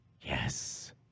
Yes